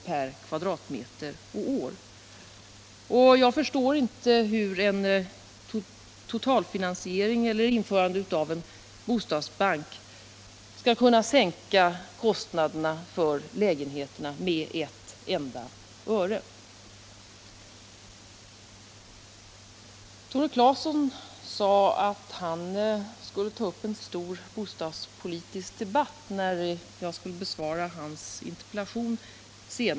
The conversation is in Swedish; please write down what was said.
per kvm och år, och jag förstår inte hur en totalfinansiering eller införande av en bostadsbank skall kunna sänka kostnaderna för lägenheterna med ett enda öre. Tore Claeson sade att han skulle vänta med att ta upp en stor bostadspolitisk debatt tills jag senare hade besvarat hans interpellation.